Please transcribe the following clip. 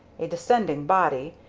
a descending body,